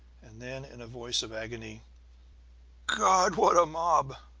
and then, in a voice of agony god, what a mob!